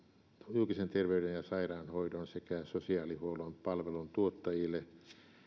julkisen terveyden ja sairaanhoidon sekä sosiaalihuollon palveluntuottajille